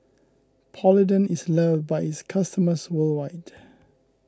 Polident is loved by its customers worldwide